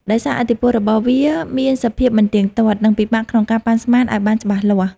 ដោយសារឥទ្ធិពលរបស់វាមានសភាពមិនទៀងទាត់ និងពិបាកក្នុងការប៉ាន់ស្មានឱ្យបានច្បាស់លាស់។